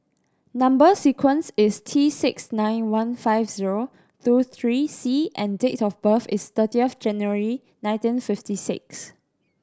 number sequence is T six nine one five zero two three C and date of birth is thirtieth January nineteen fifty six